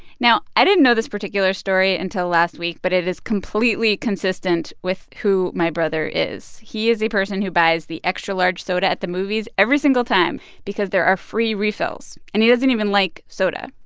now i didn't know this particular story until last week, but it is completely consistent with who my brother is. he is a person who buys the extra-large soda at the movies every single time because there are free refills, and he doesn't even like soda.